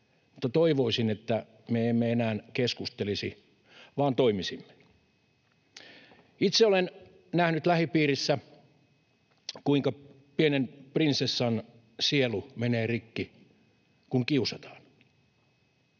toivoisin, että me emme enää keskustelisi vaan toimisimme. Itse olen nähnyt lähipiirissä, kuinka pienen prinsessan sielu menee rikki, kun kiusataan.